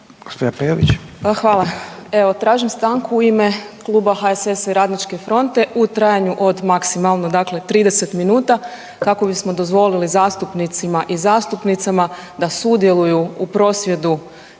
Hvala. Evo tražim stanku u ime Kluba HSS-a i Radničke fronte u trajanju od maksimalno dakle 30 minuta kako bismo dozvolili zastupnicima i zastupnicama da sudjeluju u prosvjedu